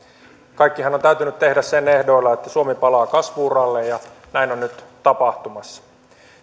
kaikkihan on on täytynyt tehdä sen ehdoilla että suomi palaa kasvu uralle ja näin on nyt tapahtumassa